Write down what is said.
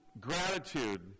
gratitude